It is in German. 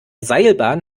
seilbahn